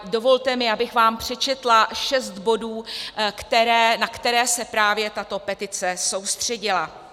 Dovolte mi, abych vám přečetla šest bodů, na které se právě tato petice soustředila.